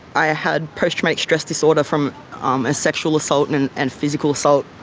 i had post-traumatic stress disorder from um a sexual assault and and physical assault.